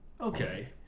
okay